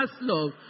love